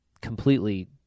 completely